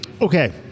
Okay